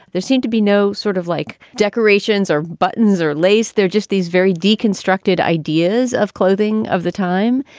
there seemed to be no sort of like decorations or buttons or lace. they're just these very deconstructed ideas of clothing of the time.